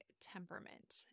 temperament